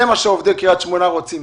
זה מה שעובדי קריית שמונה רוצים,